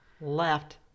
left